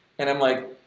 and i'm like,